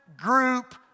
group